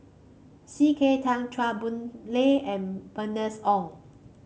C K Tang Chua Boon Lay and Bernice Ong